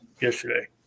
yesterday